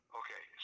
okay